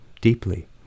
deeply